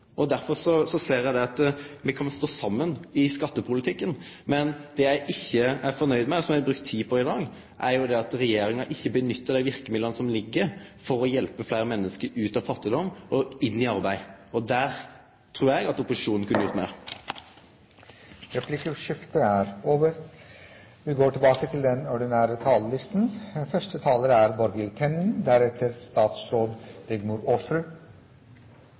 samfunn. Derfor ser eg at me kan stå saman i skattepolitikken. Men det eg ikkje er fornøgd med – og som eg har brukt tid på i dag – er at regjeringa ikkje brukar dei verkemidla som ligg der for å hjelpe fleire menneske ut av fattigdom og inn i arbeid. Der trur eg at opposisjonen kunne ha gjort meir. Replikkordskiftet er over. Venstre er dessverre ikke representert i arbeids- og sosialkomiteen. Vi har således ikke hatt mulighet til